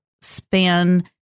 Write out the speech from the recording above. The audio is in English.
span